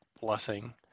blessing